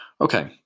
Okay